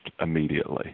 immediately